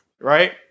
Right